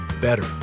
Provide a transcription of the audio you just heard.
better